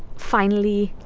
finally.